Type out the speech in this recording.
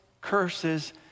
curses